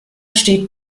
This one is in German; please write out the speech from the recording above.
steht